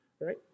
right